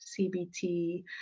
CBT